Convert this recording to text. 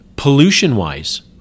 Pollution-wise